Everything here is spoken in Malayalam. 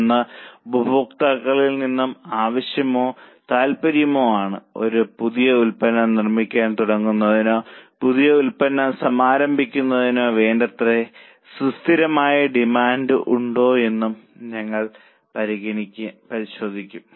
ഒന്ന് ഉപഭോക്താക്കളിൽ നിന്നുള്ള ആവശ്യമോ താൽപ്പര്യമോ ആണ് ഒരു പുതിയ ഉൽപ്പന്നം നിർമ്മിക്കാൻ തുടങ്ങുന്നതിനോ പുതിയ ഉൽപ്പന്നം സമാരംഭിക്കുന്നതിനോ വേണ്ടത്ര സുസ്ഥിരമായ ഡിമാൻഡ് ഉണ്ടോ എന്നും ഞങ്ങൾ പരിശോധിക്കും